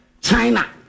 China